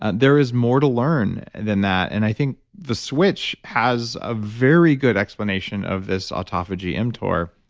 and there is more to learn than that, and i think the switch has a very good explanation of this autophagy mtor,